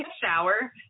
shower